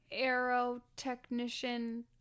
aerotechnician